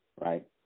Right